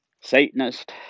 Satanist